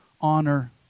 Honor